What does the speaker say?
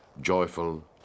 joyful